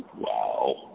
wow